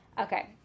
Okay